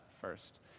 first